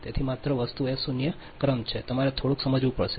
તેથી માત્ર વસ્તુ એ શૂન્ય ક્રમ છે તમારે થોડુંક સમજવું પડશે